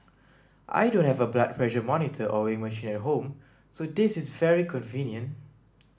I don't have a blood pressure monitor or weighing machine at home so this is very convenient